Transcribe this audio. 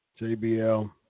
JBL